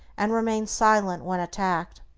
and remain silent when attacked.